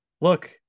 look